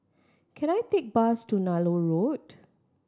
can I take bus to Nallur Road